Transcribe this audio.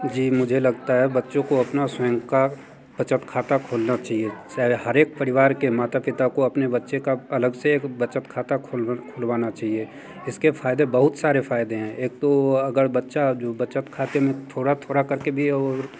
जी मुझे लगता है बच्चों को अपना स्वयं का बचत खाता खोलना चाहिए चाहे हर एक परिवार के माता पिता को अपने बच्चों का अलग से एक बचत खाता खुलवाना चहिए इसके फायदे बहुत सारे फायदे हैं एक तो अगर बच्चा जो बचत खाते में थोड़ा थोड़ा कर के भी और